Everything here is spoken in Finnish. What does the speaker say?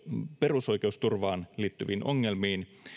perusoikeusturvaan liittyviin ongelmiin